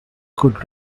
could